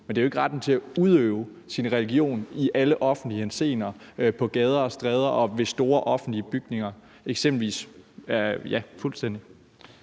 men det er jo ikke retten til at udøve sin religion i alle offentlige henseender, på gader og stræder og ved store offentlige bygninger eksempelvis. Kl.